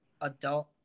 adult